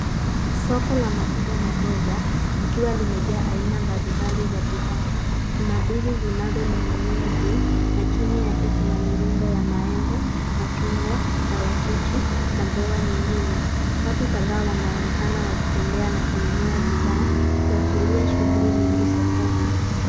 Soko la matunda na mboga likiwa limejaa aina mbalimbali za bidhaa. Kuna ndizi zinazoning'inia juu na chini yake kuna mirundo ya maembe, machungwa, parachichi na mboga nyingine. Watu kadhaa wanaonekana wakitembea na kununua bidhaa na kuashiria shughuli nyingi sokoni.